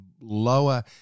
lower